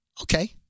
okay